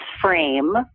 frame